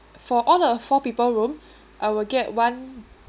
for all the four people room I will get one